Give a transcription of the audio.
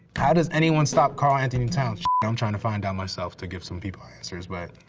how does anyone stop karl-anthony towns? i'm trying to find out myself to give some people answers, but.